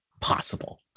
possible